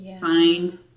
find